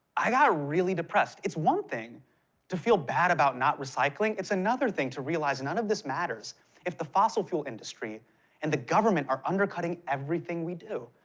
i got really depressed. it's one thing to feel bad about not recycling, it's another thing to realize none of this matters if the fossil fuel industry and the government are undercutting everything we do.